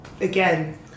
again